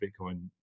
Bitcoin